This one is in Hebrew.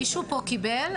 מנהלת הוועדה קבלה,